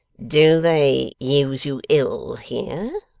do they use you ill here?